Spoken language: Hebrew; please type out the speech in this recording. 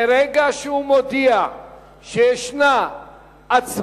מרגע שהוא מודיע שיש הצבעה,